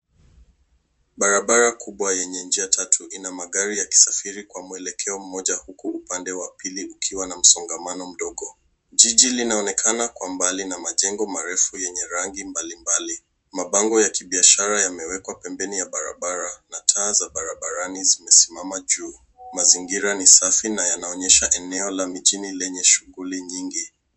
Barabara kubwa yenye njia tatu ina magari yakisafiri kwa mwenekeo mmoja huku upande wa pili ukiwa na msongamano mdogo. Jiji linajitokeza kwa mbali na majengo marefu yenye rangi mbalimbali. Mabango ya kibiashara yamewekwa pembeni ya barabara na taa za barabarani zimesimama juu. Mazingira ni safi na yanaonyesha eneo la mijini lenye shughuli nyingi.